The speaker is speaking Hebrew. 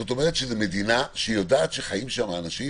זאת אומרת שזאת מדינה שיודעת שחיים שם אנשים